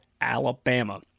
Alabama